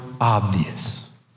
obvious